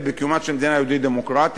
בקיומה של מדינה יהודית דמוקרטית,